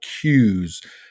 cues